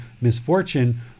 misfortune